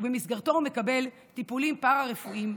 ובמסגרתו הוא מקבל טיפולים פארה-רפואיים,